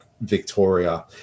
Victoria